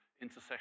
intercession